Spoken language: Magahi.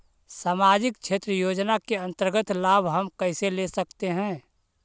समाजिक क्षेत्र योजना के अंतर्गत लाभ हम कैसे ले सकतें हैं?